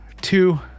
Two